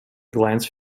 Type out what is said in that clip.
glance